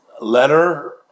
letter